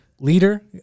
leader